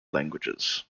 languages